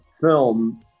film